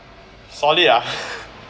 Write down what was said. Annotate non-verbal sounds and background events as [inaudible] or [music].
solid ah [laughs]